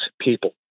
people